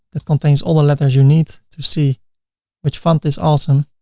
it contains all the letters you need to see which font is awesome.